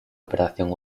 operación